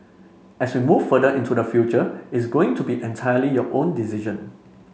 as we move further into the future it's going to be entirely your own decision